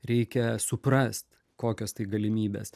reikia suprast kokios tai galimybės